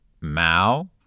Mao